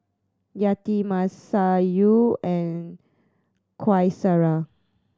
Yati Masayu and Qaisara